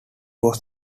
was